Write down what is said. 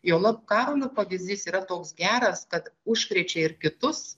juolab karolio pavyzdys yra toks geras kad užkrečia ir kitus